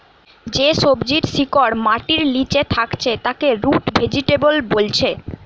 যে সবজির শিকড় মাটির লিচে থাকছে তাকে রুট ভেজিটেবল বোলছে